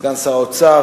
סגן שר האוצר,